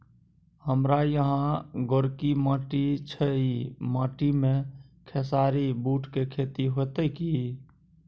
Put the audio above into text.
हमारा यहाँ गोरकी माटी छै ई माटी में खेसारी, बूट के खेती हौते की?